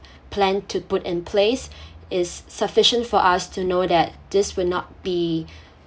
plan to put in place is sufficient for us to know that this will not be